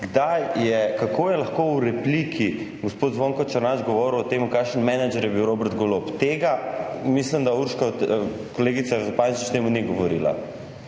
Kako je lahko v repliki gospod Zvonko Černač govoril o tem kakšen menedžer je bil Robert Golob? Tega mislim, da Urška, kolegica Zupančič, o temu ni govorila.